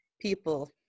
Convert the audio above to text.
people